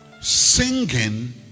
singing